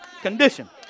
Condition